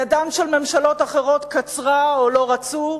ידן של ממשלות אחרות קצרה, או לא רצו,